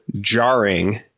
jarring